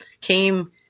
came